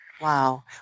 Wow